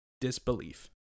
disbelief